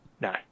No